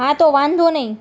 હા તો વાંધો નહીં